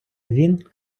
він